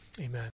amen